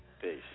Peace